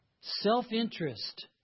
Self-interest